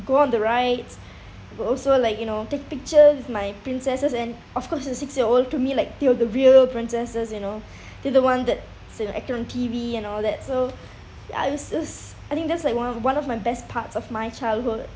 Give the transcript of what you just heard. go on the rides I will also like you know take pictures with my princesses and of course to a six year old to me like they are the real princesses you know they're the one that I seen acting on T_V and all that so ya it's just I think that's like one of one of my best parts of my childhood